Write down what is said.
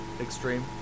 extreme